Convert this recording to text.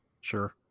Sure